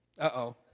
Uh-oh